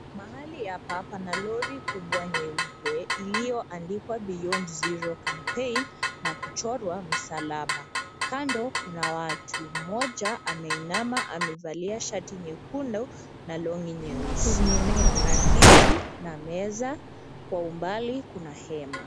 Mahali hapa pana lori kubwa nyeupe iliyoandikwa Beyond Zero campaign na kuchorwa msalaba. Kando kuna watu, mmoja ameinama amevalia shati nyekundu na longi nyeusi. Kuna kiti na meza, kwa umbali kuna hema.